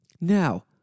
Now